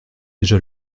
déjà